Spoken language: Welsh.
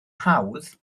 hawdd